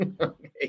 Okay